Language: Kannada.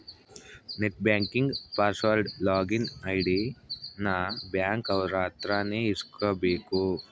net banking password login ID ನ ಬ್ಯಾಂಕ್ ಅವ್ರ ಅತ್ರ ನೇ ಇಸ್ಕಬೇಕು